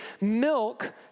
milk